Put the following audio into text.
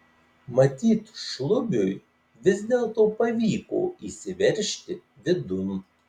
matyt šlubiui vis dėlto pavyko įsiveržti vidun